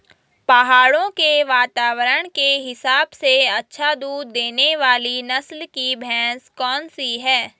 पहाड़ों के वातावरण के हिसाब से अच्छा दूध देने वाली नस्ल की भैंस कौन सी हैं?